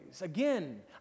Again